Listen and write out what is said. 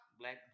Black